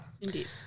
indeed